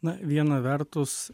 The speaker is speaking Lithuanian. na viena vertus